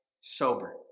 sober